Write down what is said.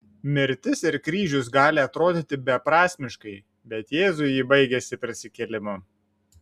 mirtis ir kryžius gali atrodyti beprasmiškai bet jėzui ji baigėsi prisikėlimu